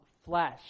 flesh